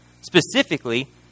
Specifically